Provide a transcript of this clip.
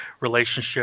relationship